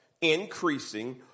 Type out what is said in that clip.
increasing